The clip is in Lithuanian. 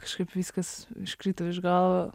kažkaip viskas iškrito iš galva